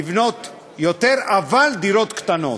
לבנות יותר, אבל דירות קטנות.